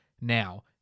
now